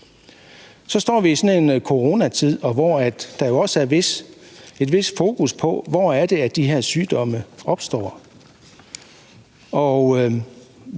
Så står vi i sådan en coronatid, hvor der jo også er et vist fokus på, hvor det er, de her sygdomme opstår.